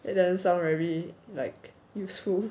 it doesn't sound very like useful